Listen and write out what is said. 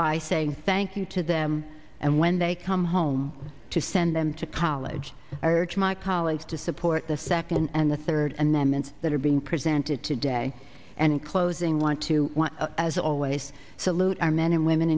by saying thank you to them and when they come home to send them to college are my colleagues to support the second and the third and them and that are being presented today and in closing want to as always salute our men and women